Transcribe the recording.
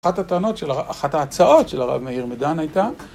אחת ההצעות של הרב מאיר מדן הייתה